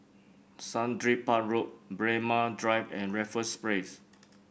Sundridge Park Road Braemar Drive and Raffles Place